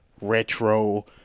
retro